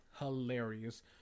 Hilarious